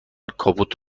کاپوت